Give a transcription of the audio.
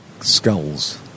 skulls